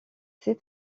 ses